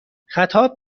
خطاب